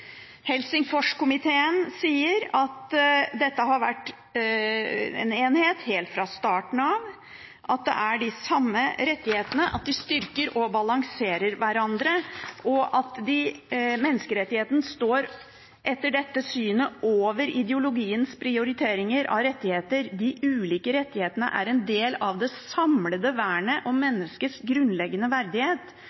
Helsingforskomiteen sier at dette har vært en enhet helt fra starten av, at det er de samme rettighetene, at de styrker og balanserer hverandre, at menneskerettighetene etter dette synet står over ideologiske prioriteringer av rettigheter, at de ulike rettighetene er del av et samlet vern om menneskets grunnleggende verdighet, og